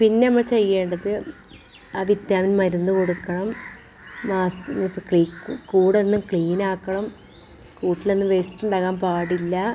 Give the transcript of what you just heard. പിന്നെ നമ്മൾ ചെയ്യേണ്ടത് ആ വിറ്റാമിൻ മരുന്ന് കൊടുക്കണം മാസത്തിൽ ക്ലീനിം കൂടൊന്ന് ക്ലീനാക്കണം കൂട്ടിൽ ഒന്നും വേസ്റ്റുണ്ടാകാൻ പാടില്ല